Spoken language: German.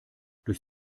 durch